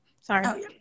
Sorry